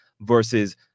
versus